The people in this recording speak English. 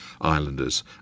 islanders